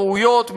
ראויות,